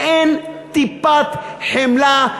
ואין טיפת חמלה,